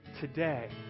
today